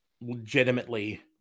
legitimately